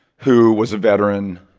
who was a veteran,